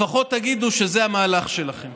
לפחות תגידו שזה המהלך שלכם.